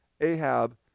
Ahab